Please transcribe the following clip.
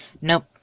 Nope